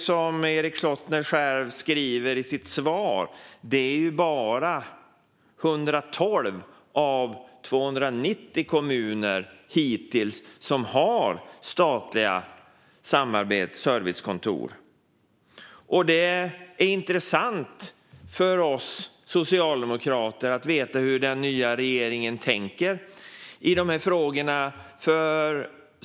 Som Erik Slottner säger i sitt svar har hittills dock bara 112 av 290 kommuner statliga servicekontor. För oss socialdemokrater är det intressant att få höra hur den nya regeringen tänker i dessa frågor.